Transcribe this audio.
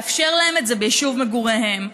לאפשר להם את זה ביישוב מגוריהם.